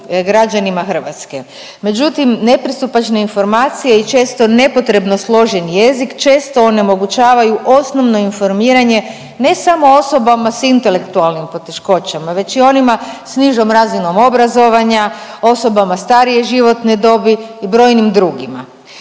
međutim nepristupačne informacije i često nepotrebno složen jezik često onemogućavaju osnovno informiranje ne samo osobama s intelektualnim poteškoćama već i onima s nižom razinom obrazovanja, osobama starije životne dobi i brojnim drugima.